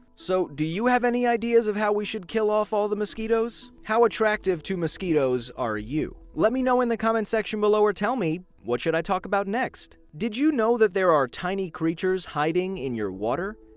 so do you have any ideas of how we should kill off all the mosquitoes? how attractive to mosquitoes are you? let me know in the comment section below, or tell me, what should i talk about next? did you know that there are tiny creatures hiding in your water?